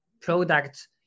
product